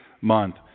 month